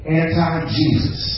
anti-Jesus